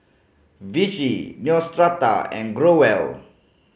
Vichy Neostrata and Growell